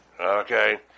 Okay